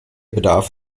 bedarf